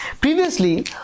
previously